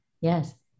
Yes